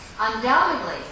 Undoubtedly